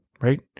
Right